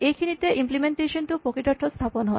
এইখিনিতে ইমপ্লিমেন্টেচন টো প্ৰকৃতাৰ্থত স্হাপন হয়